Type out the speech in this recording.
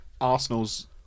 Arsenal's